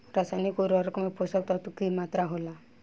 रसायनिक उर्वरक में पोषक तत्व के की मात्रा होला?